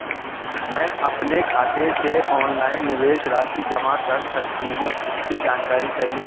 मैं अपने खाते से ऑनलाइन निवेश राशि जमा कर सकती हूँ इसकी जानकारी चाहिए?